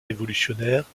révolutionnaires